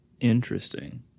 Interesting